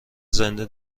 زنده